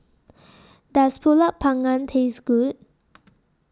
Does Pulut Panggang Taste Good